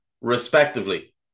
Respectively